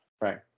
Right